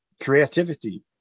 creativity